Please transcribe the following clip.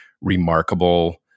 remarkable